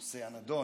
הנושא הנדון.